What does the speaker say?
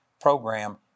program